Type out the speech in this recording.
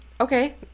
okay